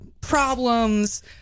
problems